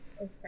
okay